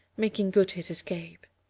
making good his escape.